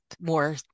more